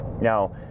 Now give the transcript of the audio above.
Now